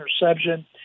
interception